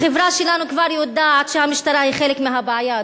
החברה שלנו כבר יודעת שהמשטרה היא חלק מהבעיה,